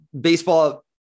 baseball